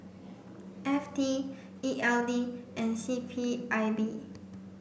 F T E L D and C P I B